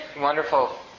wonderful